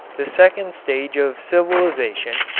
the second stage of civilization,